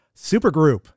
Supergroup